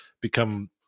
become